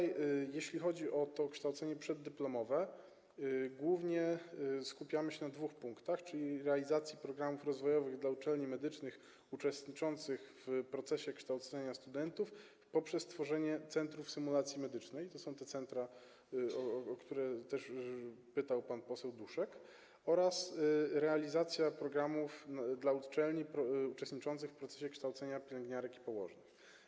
Jeśli chodzi o kształcenie przeddyplomowe, to głównie skupiamy się na dwóch punktach, czyli realizacji programów rozwojowych dla uczelni medycznych uczestniczących w procesie kształcenia studentów poprzez tworzenie centrów symulacji medycznej - to są te centra, o które też pytał pan poseł Duszek - oraz realizacji programów dla uczelni uczestniczących w procesie kształcenia pielęgniarek i położnych.